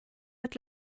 mit